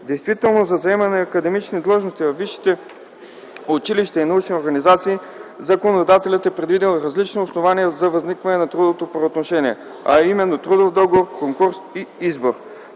Действително за заемането на академични длъжности във висшите училища и научните организации законодателят е предвидил различни основания за възникване на трудово правоотношение, а именно: трудов договор, конкурс и избор.